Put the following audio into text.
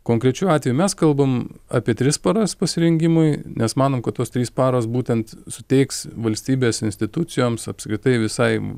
konkrečiu atveju mes kalbam apie tris paras pasirengimui nes manom kad tos trys paros būtent suteiks valstybės institucijoms apskritai visai